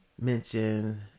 mention